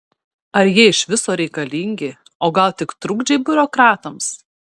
ar jie iš viso reikalingi o gal tik trukdžiai biurokratams